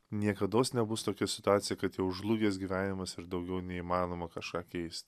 niekados nebus tokia situacija kad jau žlugęs gyvenimas ir daugiau neįmanoma kažą keis